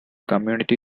community